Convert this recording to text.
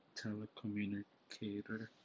telecommunicator